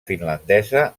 finlandesa